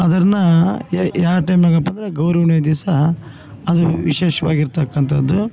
ಅದರ್ನ ಏಯ್ ಯಾ ಟೈಮಗಪ್ಪ ಅಂದರೆ ಗೌರೂಣೆ ದಿವಸ ಅದು ವಿಶೇಷವಾಗಿರ್ತಕ್ಕಂಥದು